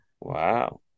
Wow